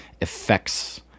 effects